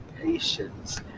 patience